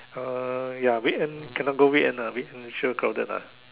uh ya weekend cannot go weekend ah week sure crowded lah